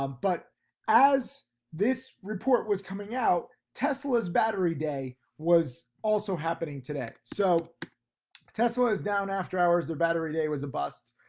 um but as this report was coming out, tesla's battery day was also happening today. so tesla is down after hours, their battery day was a bust.